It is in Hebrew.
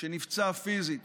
שנפצע פיזית,